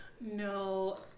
No